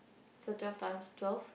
so twelve times twelve